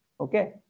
Okay